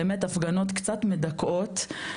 באמת הפגנות קצת מדכאות,